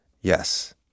yes